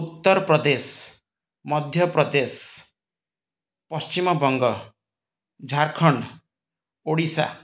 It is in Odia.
ଉତ୍ତରପ୍ରଦେଶ ମଧ୍ୟପ୍ରଦେଶ ପଶ୍ଚିମବଙ୍ଗ ଝାଡ଼ଖଣ୍ଡ ଓଡ଼ିଶା